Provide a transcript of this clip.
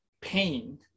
pain